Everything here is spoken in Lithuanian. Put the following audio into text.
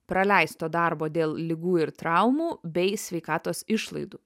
praleisto darbo dėl ligų ir traumų bei sveikatos išlaidų